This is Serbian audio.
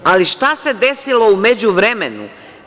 Ali, šta se desilo u međuvremenu?